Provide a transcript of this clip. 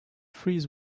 freeze